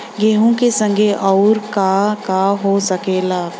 गेहूँ के संगे आऊर का का हो सकेला?